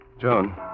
Joan